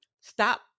stop